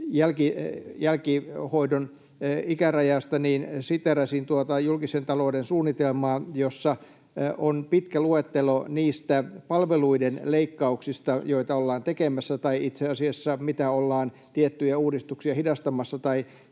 jälkihoidon ikärajasta, siteerasin tuota julkisen talouden suunnitelmaa, jossa on pitkä luettelo niistä palveluiden leikkauksista, joita ollaan tekemässä — tai itse asiassa siitä, mitä tiettyjä uudistuksia ollaan hidastamassa tai